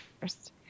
first